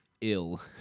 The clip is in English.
ill